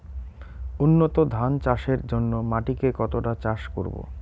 উন্নত ধান চাষের জন্য মাটিকে কতটা চাষ করব?